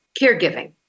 Caregiving